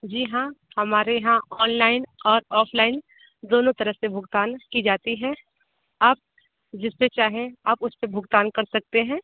जी हाँ हमारे यहाँ ऑनलाइन और ऑफलाइन दोनों तरह से भुगतान की जाती हैं आप जिस पर चाहें आप उस पर भुगतान कर सकते हैं